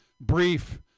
brief